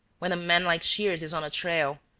when a man like shears is on a trail,